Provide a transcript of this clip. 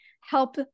help